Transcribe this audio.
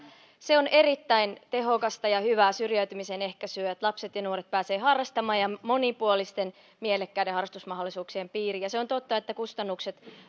on erittäin tehokasta ja hyvää syrjäytymisen ehkäisyä että lapset ja nuoret pääsevät harrastamaan ja monipuolisten mielekkäiden harrastusmahdollisuuksien piiriin se on totta että kustannukset